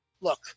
Look